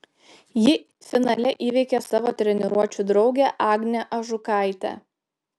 ji finale įveikė savo treniruočių draugę agnę ažukaitę